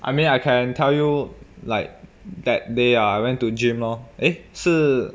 I mean I can tell you like that day ah I went to gym lor eh 是